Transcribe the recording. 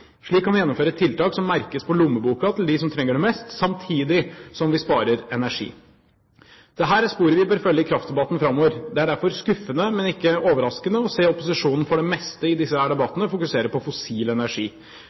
Slik kan vi gjennomføre tiltak som merkes på lommeboken til dem som trenger det mest, samtidig som vi sparer energi. Dette er spor vi bør følge i kraftdebatten framover. Det er derfor skuffende, men ikke overraskende, å se opposisjonen i disse debattene for det meste fokusere på fossil energi.